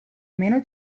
meno